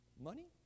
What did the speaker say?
Money